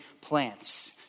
plants